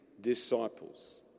disciples